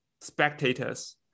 spectators